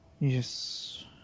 Yes